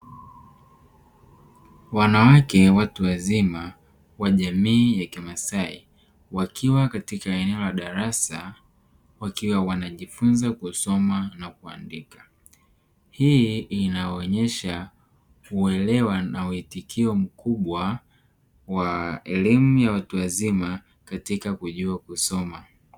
Wanawake watu wazima wa jamii ya kimasai. Wakiwa katika eneo la darasa, wakiwa wanajifunza kusoma na kuandika. Hii inaonyesha uelewa na uitikio mkubwa wa elimu ya watu wazima katika kujua kusoma.